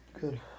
Good